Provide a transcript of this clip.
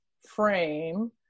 frame